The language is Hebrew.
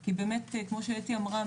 כי באמת כמו שאתי אמרה,